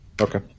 Okay